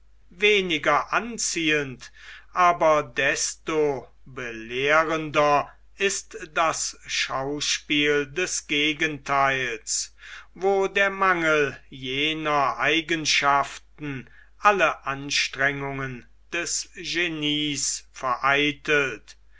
weniger anziehend aber desto belehrender ist das schauspiel des gegentheils wo der mangel jener eigenschaften alle anstrengungen des genies vereitelt